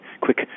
quick